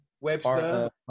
Webster